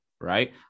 right